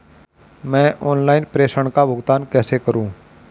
मैं ऑनलाइन प्रेषण भुगतान कैसे करूँ?